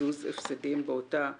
קיזוז הפסדים באותה ארץ.